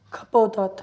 खपवतात